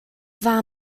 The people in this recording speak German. war